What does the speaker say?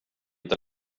inte